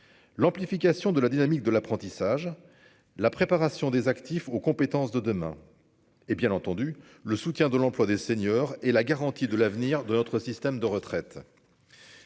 l'amplification de la dynamique de l'apprentissage, la préparation des actifs aux compétences de demain et bien entendu le soutien de l'emploi des seniors et la garantie de l'avenir de notre système de retraite.